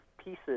pieces